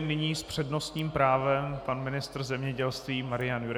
Nyní s přednostním právem pan ministr zemědělství Marian Jurečka.